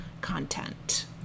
content